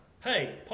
Hey